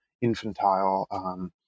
infantile